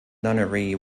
nunnery